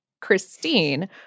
Christine